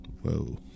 Whoa